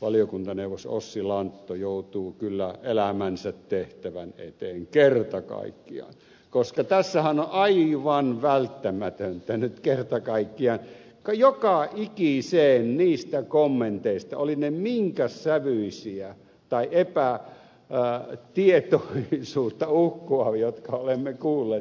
valiokuntaneuvos ossi lantto joutuu kyllä elämänsä tehtävän eteen kerta kaikkiaan koska tässähän on aivan välttämätöntä nyt kerta kaikkiaan vastata joka ikiseen niistä kommenteista olivat ne minkä sävyisiä tahansa tai epätietoisuutta uhkuvia jotka olemme kuulleet